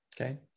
okay